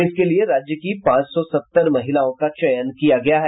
इसके लिए राज्य की पांच सौ सत्तर महिलाओं का चयन किया गया है